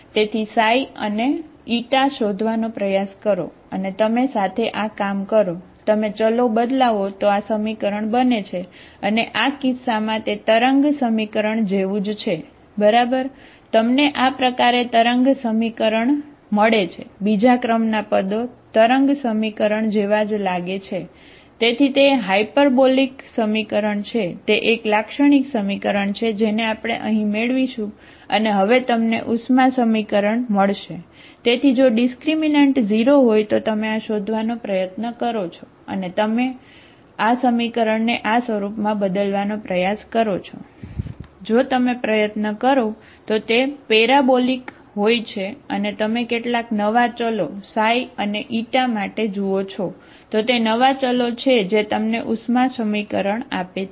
તેથી ξ અને η શોધવાનો પ્રયાસ કરો અને તમે સાથે આ કામ કરો તમે ચલો બદલાવો તો આ સમીકરણ બને છે અને આ કિસ્સામાં તે તરંગ સમીકરણ હોય છે અને તમે કેટલાક નવા ચલો ξ અને η માટે જુઓ છો તો તે નવા ચલો છે જે તમને ઉષ્મા સમીકરણ આપે છે